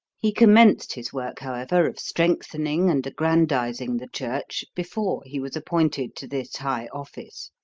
he commenced his work, however, of strengthening and aggrandizing the church, before he was appointed to this high office.